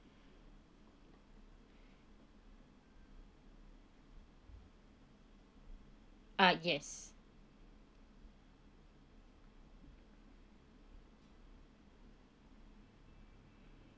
ah yes